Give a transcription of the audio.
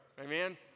Amen